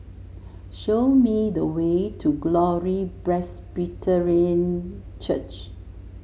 show me the way to Glory Presbyterian Church